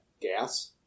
gas